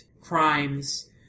crimes